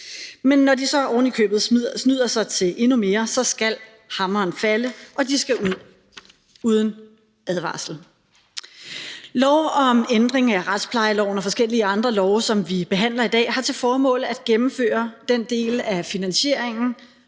Men når de så ovenikøbet snyder sig til endnu mere, skal hammeren falde, og de skal ud uden advarsel. Lov om ændring af retsplejeloven og forskellige andre love, som vi behandler i dag, har til formål at gennemføre den del af finansieringen